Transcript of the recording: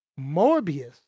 Morbius